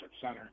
center